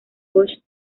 busch